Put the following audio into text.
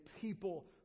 people